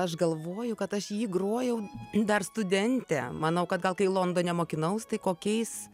aš galvoju kad aš jį grojau dar studentė manau kad gal kai londone mokinaus tai kokiais